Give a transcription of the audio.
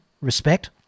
respect